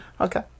okay